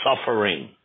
suffering